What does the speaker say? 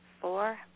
four